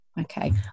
Okay